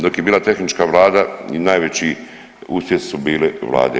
Dok je bila tehnička Vlada i najveći uspjesi su bile Vlade.